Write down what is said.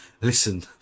listen